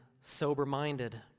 sober-minded